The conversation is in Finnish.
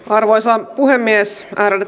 arvoisa puhemies